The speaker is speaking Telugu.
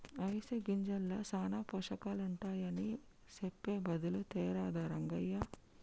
అవిసె గింజల్ల సానా పోషకాలుంటాయని సెప్పె బదులు తేరాదా రంగయ్య